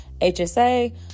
HSA